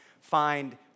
find